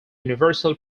universal